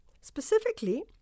specifically